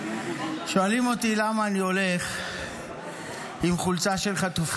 שואלים אותי למה אני הולך עם חולצה של חטופים.